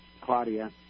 Claudia